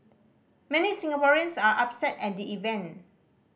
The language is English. many Singaporeans are upset at the event